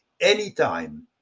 anytime